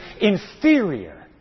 inferior